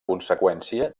conseqüència